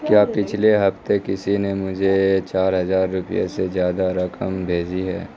کیا پچھلے ہفتے کسی نے مجھے چار ہزار روپے سے زیادہ رقم بھیجی ہے